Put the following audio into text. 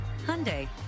hyundai